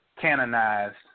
canonized